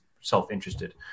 self-interested